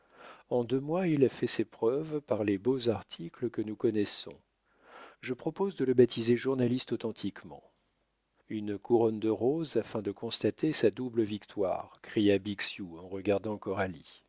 en deux mois il a fait ses preuves par les beaux articles que nous connaissons je propose de le baptiser journaliste authentiquement une couronne de roses afin de constater sa double victoire cria bixiou en regardant